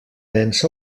nens